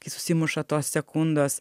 kai susimuša tos sekundos